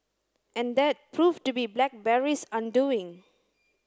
and that proved to be Blackberry's undoing